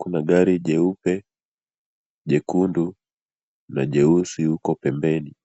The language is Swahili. Kuna gari jeupe, jekundu na jeusi huko pembeni.